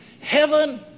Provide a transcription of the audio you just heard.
Heaven